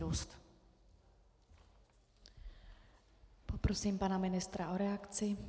Poprosím pana ministra o reakci.